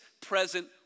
present